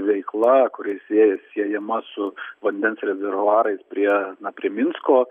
veikla kuri sieja siejama su vandens rezervuarais prie na prie minsko